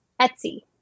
Etsy